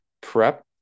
prep